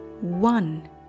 one